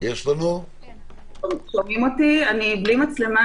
אני מתנצלת,